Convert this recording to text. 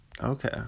Okay